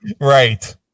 Right